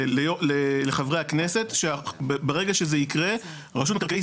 לחברי הכנסת שברגע שזה יקרה רשות מקרקעי